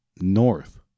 north